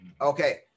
okay